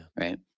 Right